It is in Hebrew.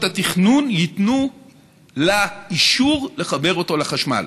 התכנון ייתנו לה אישור לחבר אותו לחשמל,